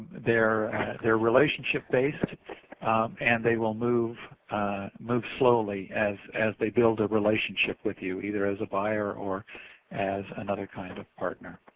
their their relationship based and they will move move slowly as as they build a relationship with you either as a buyer or as another kind of partner.